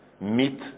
meet